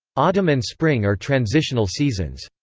autumn and spring are transitional seasons.